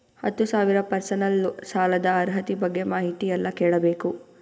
ಹತ್ತು ಸಾವಿರ ಪರ್ಸನಲ್ ಸಾಲದ ಅರ್ಹತಿ ಬಗ್ಗೆ ಮಾಹಿತಿ ಎಲ್ಲ ಕೇಳಬೇಕು?